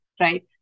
right